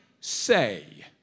say